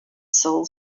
soul